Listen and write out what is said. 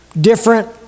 Different